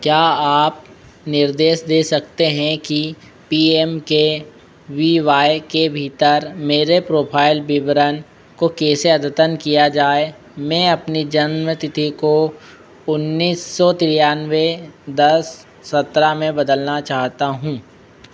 क्या आप निर्देश दे सकते हैं कि P M K V Y के भीतर मेरे प्रोफ़ाइल विवरण को कैसे अद्यतन किया जाए में अपनी जन्म तिथि को उन्नीस सौ तिरानबे दस सत्रह में बदलना चाहता हूँ